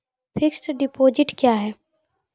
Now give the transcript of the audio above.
Fixed deposit क्या हैं?